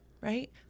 Right